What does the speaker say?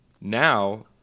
now